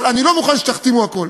אבל אני לא מוכן שתכתימו הכול,